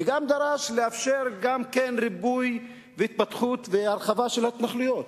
וגם דרש לאפשר ריבוי והתפתחות והרחבה של ההתנחלויות.